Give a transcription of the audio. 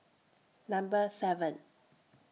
Number seven